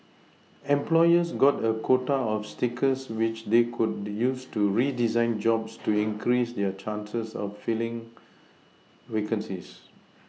employers got a quota of stickers which they could use to redesign jobs to increase their chances of filling vacancies